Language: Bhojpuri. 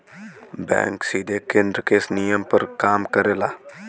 बैंक सीधे केन्द्र के नियम पे काम करला